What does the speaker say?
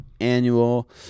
annual